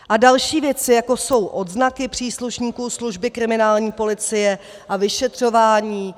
A další věci, jako jsou odznaky příslušníků služby kriminální policie a vyšetřování.